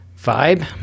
vibe